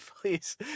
Please